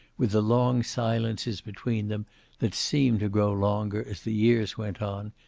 with the long silences between them that seemed to grow longer as the years went on,